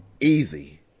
Easy